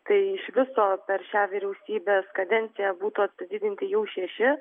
tai iš viso per šią vyriausybės kadenciją būtų atstatydinti jau šeši